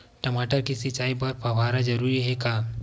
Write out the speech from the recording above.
टमाटर के सिंचाई बर फव्वारा जरूरी हे का?